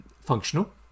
functional